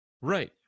Right